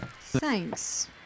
Thanks